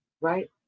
right